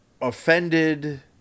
offended